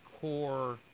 core